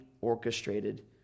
orchestrated